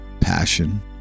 passion